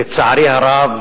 לצערי הרב,